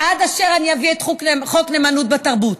עד אשר אביא את חוק נאמנות בתרבות.